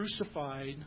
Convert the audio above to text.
crucified